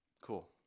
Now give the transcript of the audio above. Cool